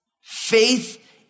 Faith